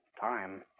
time